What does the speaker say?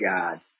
God